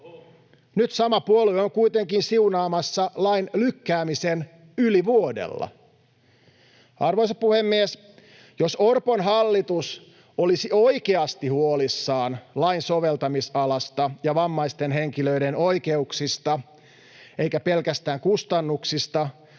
Nyt sama puolue on kuitenkin siunaamassa lain lykkäämisen yli vuodella. Arvoisa puhemies! Jos Orpon hallitus olisi oikeasti huolissaan lain soveltamisalasta ja vammaisten henkilöiden oikeuksista eikä pelkästään kustannuksista,